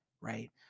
right